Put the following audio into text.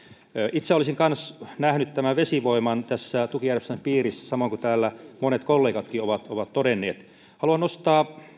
itse olisin myös nähnyt vesivoiman tässä tukijärjestelmän piirissä samoin kuin täällä monet kollegatkin ovat ovat todenneet haluan nostaa vielä